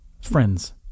friends